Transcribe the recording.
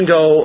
go